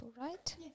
right